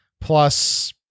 plus